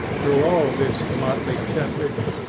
through all this motley assemblage,